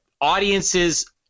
audiences